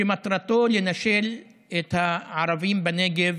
שמטרתו לנשל את הערבים בנגב